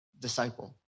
disciple